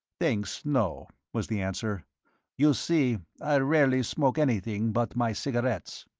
thanks, no, was the answer you see, i rarely smoke anything but my cigarettes.